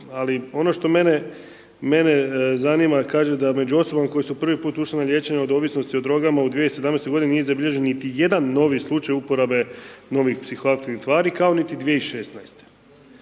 ali ono što mene, mene zanima, kaže da među ostalom koji su prvi put ušli na liječenje od ovisnosti o drogama u 2017. nije zabilježen niti jedan novi slučaj uporabe novih psihoaktivnih tvari kao niti 2016.